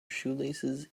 shoelaces